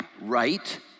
right